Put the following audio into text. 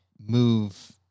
move